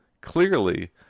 clearly